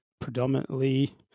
predominantly